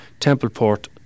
Templeport